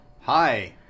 hi